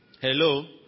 hello